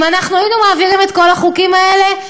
אם אנחנו היינו מעבירים את כל החוקים האלה,